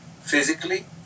physically